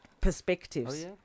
Perspectives